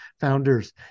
founders